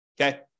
okay